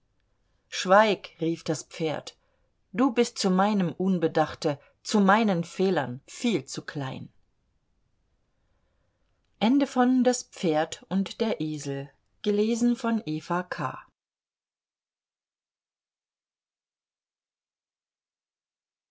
schweig rief das pferd du bist zu meinem unbedachte zu meinen fehlern viel zu klein das pferd und